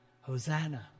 Hosanna